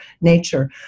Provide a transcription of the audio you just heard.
nature